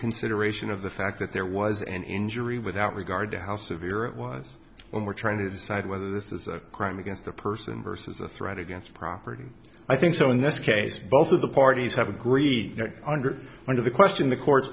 consideration of the fact that there was an injury without regard to how severe it was when we're trying to decide whether this is a crime against a person versus a threat against property i think so in this case both of the parties have agreed under one of the question the courts